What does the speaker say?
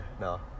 no